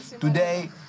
today